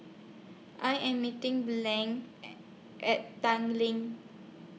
I Am meeting Blane A At Tanglin